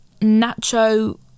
nacho